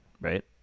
right